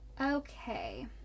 Okay